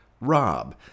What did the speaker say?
Rob